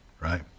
right